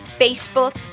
Facebook